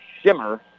shimmer